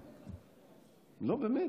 אחמד,